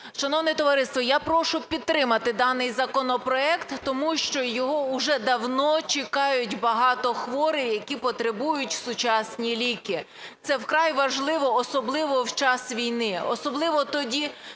Шановне товариство, я прошу підтримати даний законопроект, тому що його уже давно чекають багато хворих, які потребують сучасних ліків. Це вкрай важливо особливо в час війни, особливо тоді,